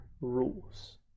rules